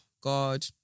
God